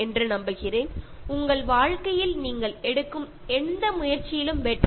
നിങ്ങളുടെ ജീവിതത്തിലെ എല്ലാ കാര്യങ്ങൾക്കും എല്ലാവിധ ആശംസകളും നേരുന്നു